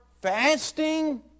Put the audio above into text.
fasting